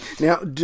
Now